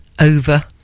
over